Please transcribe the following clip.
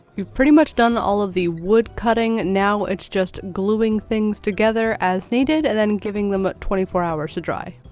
we've pretty much done all of the wood cutting. now it's just gluing things together as needed, and then giving them ah twenty four hours to dry.